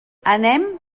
anem